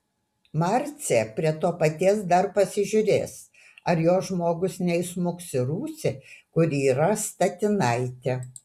marcė prie to paties dar pasižiūrės ar jos žmogus neįsmuks į rūsį kur yra statinaitė